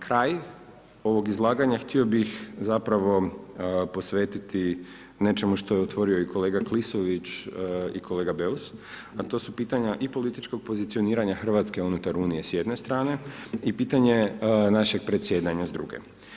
Kraj ovog izlaganja, htio bih, zapravo posvetiti nečemu što je otvorio i kolega Klisović i kolega Beus, a to su pitanja i političkog pozicioniranja Hrvatske unutar Unije s jedne strane i pitanje našeg predsjedanja s druge.